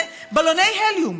זה בלוני הליום.